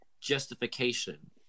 justification